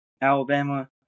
Alabama